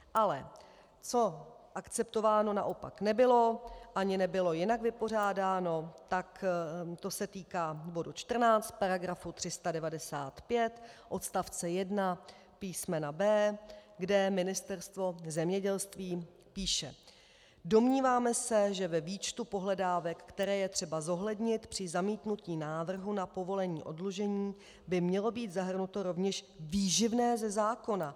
Co ale akceptováno naopak nebylo a ani nebylo jinak vypořádáno, se týká bodu 14 § 395 odst. 1 písm. b), kde Ministerstvo zemědělství píše: Domníváme se, že ve výčtu pohledávek, které je třeba zohlednit při zamítnutí návrhu na povolení oddlužení, by mělo být zahrnuto rovněž výživné ze zákona.